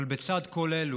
אבל לצד כל אלו,